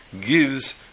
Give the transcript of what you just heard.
gives